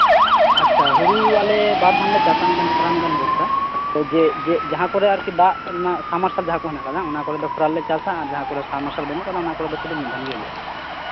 ᱟᱪᱷᱟ ᱦᱳᱲᱳ ᱟᱞᱮ ᱵᱟᱨᱫᱷᱟᱢᱞᱮ ᱪᱟᱥᱟ ᱢᱤᱫᱷᱟᱢ ᱠᱷᱚᱨᱟ ᱢᱤᱫᱷᱟᱢ ᱵᱚᱨᱥᱟ ᱡᱟᱦᱟᱸ ᱠᱚᱨᱮ ᱟᱨᱠᱤ ᱫᱟᱜ ᱥᱟᱵᱢᱟᱨᱥᱟᱞ ᱡᱟᱦᱟᱸᱠᱩ ᱦᱮᱱᱟᱜ ᱟᱠᱟᱫᱟ ᱚᱱᱟᱠᱚᱨᱮᱫᱚ ᱠᱷᱚᱨᱟᱨᱮᱞᱮ ᱪᱟᱥᱟ ᱟᱨ ᱡᱟᱦᱟᱸ ᱠᱚᱨᱮ ᱥᱟᱵᱢᱟᱨᱥᱟᱞ ᱵᱟᱹᱱᱩᱜ ᱟᱠᱟᱫᱟ ᱚᱱᱟᱠᱚᱨᱮᱫᱚ ᱥᱩᱫᱷᱩ ᱢᱤᱫᱷᱟᱢ ᱜᱮ ᱦᱩᱭᱩᱜ ᱟ